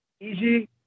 easy